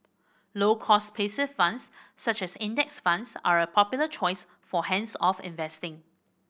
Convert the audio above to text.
low cost passive funds such as Index Funds are a popular choice for hands off investing